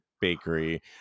bakery